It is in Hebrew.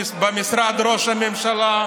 במשרד ראש הממשלה,